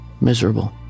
Miserable